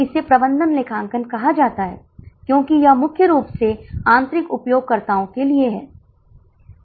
अबप्रश्न के C भाग में हमें 80 120 150 और 160 के लिए गणना करने के लिए कहा गया है